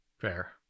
fair